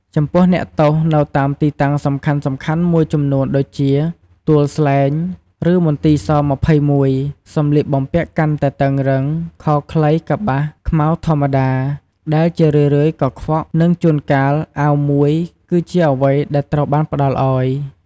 ចំពោះអ្នកទោសនៅតាមទីតាំងសំខាន់ៗមួយចំនួនដូចជា ទួលស្លែង ឬមន្ទី ស-២១ សម្លៀកបំពាក់កាន់តែតឹងរ៉ឹង ខោខ្លីកប្បាសខ្មៅធម្មតា ដែលជារឿយៗកខ្វក់ និងជួនកាលអាវមួយ គឺជាអ្វីដែលត្រូវបានផ្តល់ឱ្យ។